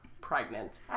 pregnant